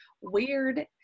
weird